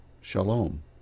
Shalom